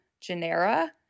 genera